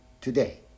today